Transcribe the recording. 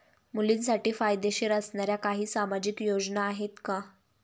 मुलींसाठी फायदेशीर असणाऱ्या काही सामाजिक योजना आहेत का?